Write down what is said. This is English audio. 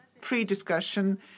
pre-discussion